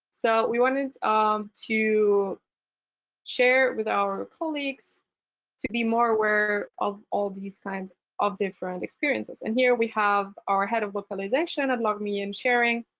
so we wanted wanted to share with our colleagues to be more aware of all these kinds of different experiences. and here we have our head of localization at log me in sharing,